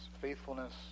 faithfulness